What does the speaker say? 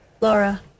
Laura